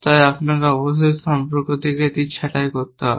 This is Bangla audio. তাই আপনাকে অবশ্যই সম্পর্ক থেকে এটি ছাঁটাই করতে হবে